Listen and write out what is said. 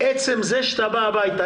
עצם זה שאתה בא הביתה,